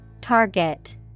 Target